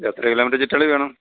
എത്ര കിലോമീറ്റർ ചുറ്റളവിൽ വേണം